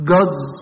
God's